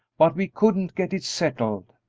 but we couldn't get it settled.